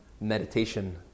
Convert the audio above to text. meditation